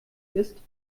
ist